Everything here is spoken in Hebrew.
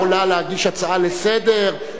את יכולה להגיש הצעה לסדר-היום,